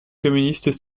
communistes